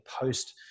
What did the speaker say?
post